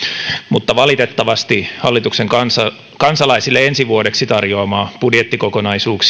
mutta valitettavasti hallituksen kansalaisille ensi vuodeksi tarjoamaa budjettikokonaisuutta